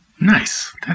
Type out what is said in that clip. Nice